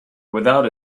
without